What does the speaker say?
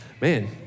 Man